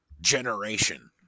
generation